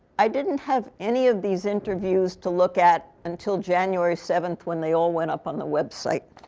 i didn't have any of these interviews to look at until january seven, when they all went up on the website.